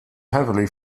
heavily